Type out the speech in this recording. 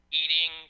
eating